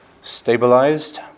stabilized